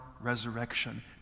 resurrection